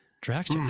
Drax